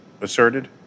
asserted